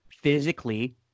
physically